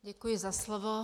Děkuji za slovo.